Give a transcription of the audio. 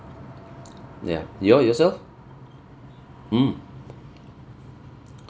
ya your~ yourself mm